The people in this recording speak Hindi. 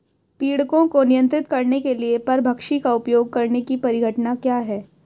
पीड़कों को नियंत्रित करने के लिए परभक्षी का उपयोग करने की परिघटना क्या है?